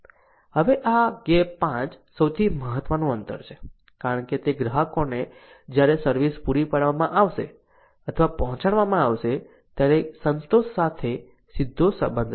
હવે આ ગેપ 5 સૌથી મહત્વનું અંતર છે કારણ કે તે ગ્રાહકોને જ્યારે સર્વિસ પૂરી પાડવામાં આવશે અથવા પહોંચાડવામાં આવશે ત્યારે સંતોષ સાથે સીધો સંબંધ છે